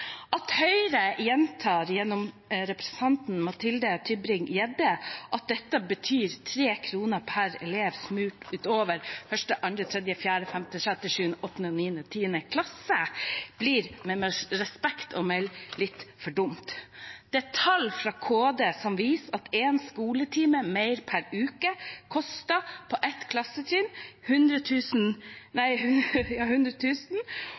At Høyre gjentar, gjennom representanten Mathilde Tybring-Gjedde, at dette betyr 3 kr per elev smurt utover 1., 2., 3., 4., 5., 6., 7., 8., 9. og 10. klasse, blir med respekt å melde litt for dumt. Tall fra KD viser at én skoletime mer per uke på ett